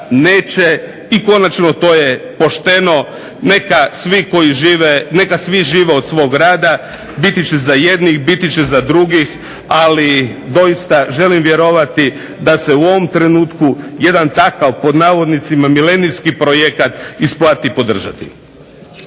neće i konačno to je pošteno. Neka svi žive od svog rada. Biti će za jednih, biti će za drugih, ali doista želim vjerovati da se u ovom trenutku jedan "milenijski" projekat isplati podržati.